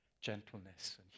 gentleness